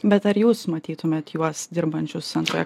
bet ar jūs matytumėt juos dirbančius antroje